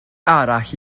arall